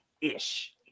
ish